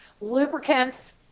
lubricants